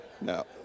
no